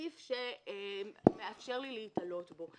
סעיף שמאפשר לי להיתלות בו.